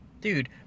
dude